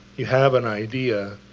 you have an idea,